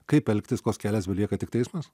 kaip elgtis koks kelias belieka tik teismas